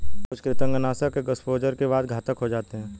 कुछ कृंतकनाशक एक एक्सपोजर के बाद घातक हो जाते है